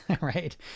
right